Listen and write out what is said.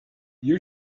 you